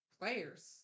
players